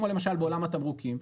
כמו למשל בעולם התמרוקים,